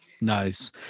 Nice